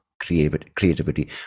creativity